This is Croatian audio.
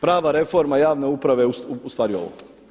Prava reforma javne uprave je u stvari ovo.